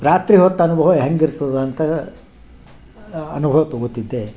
ರಾತ್ರಿ ಹೊತ್ತು ಅನುಭವ ಹೆಂಗಿರ್ತದೆ ಅಂತ ಅನುಭವ ತೊಗೋತಿದ್ದೆ